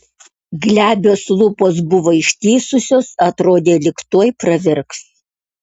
glebios lūpos buvo ištįsusios atrodė lyg tuoj pravirks